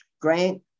Grant